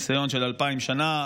ניסיון של אלפיים שנה.